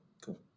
cool